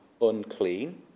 unclean